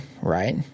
right